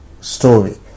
story